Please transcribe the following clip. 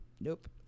Nope